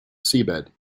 seabed